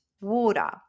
water